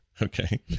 Okay